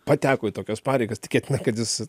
pateko į tokias pareigas tikėtina kad jis